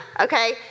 okay